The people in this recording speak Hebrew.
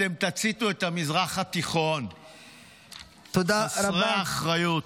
אתם תציתו את המזרח התיכון, חסרי אחריות.